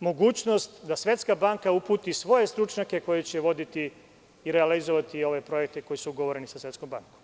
mogućnost da Svetska banka uputi svoje stručnjake koji će voditi i realizovati ove projekte koji su ugovoreni sa Svetskom bankom.